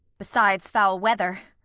besides foul weather?